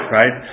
right